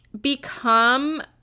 become